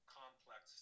complex